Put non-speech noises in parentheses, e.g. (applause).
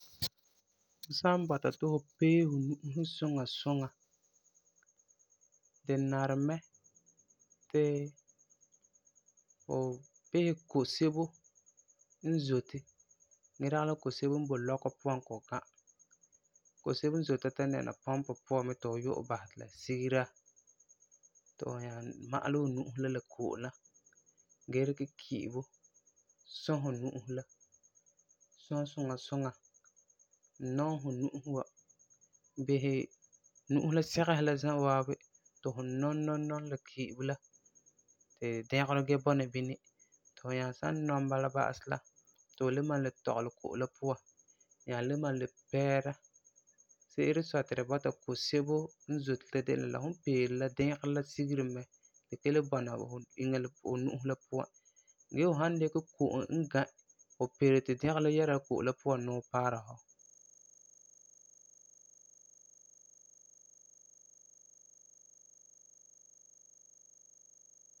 (noise) Fu san bɔta ti fu pee fu nu'usi suŋa, di nari mɛ ti fu bisɛ ko-sebo n zoti gee dagi ko-sebo n boi lɔkɔ puan kɔ'ɔm ga. Ko-sebo n zoti ta'am dɛna pɔmpi puan mɛ ti fu yu'ɛ basɛ ti la sigera, ti fu nyaa ma'alɛ fu la, sɔ suŋa suŋa, nɔm fu nu'usi wa, bisɛ nu'usi la sɛgesi la za'a waabi fu nɔm nɔm la ki'ibo la dɛgerɔ da bɔna bini, ti fu nyaa san nɔm ba'asɛ la ti fu le malum tɔgelɛ ko'om la puan, nyaa le malum pɛɛra. Se'ere n sɔi ti tu bɔta ko-sebo n zoti la de la, fum n peeri la dɛgerɔ la sigeri mɛ, di ka le bɔna fu inya, fu nu'usi la puan, gee fu san dikɛ ko'om n ga, fu peeri ti dɛgerɔ la yɛɛra la ko'om la puan nuu paara fu.